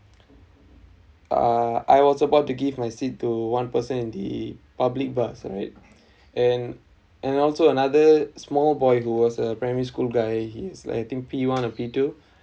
uh I was about to give my seat to one person in the public bus right and and also another small boy who was a primary school guy he's I think P one or P two